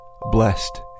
blessed